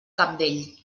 cabdell